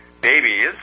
babies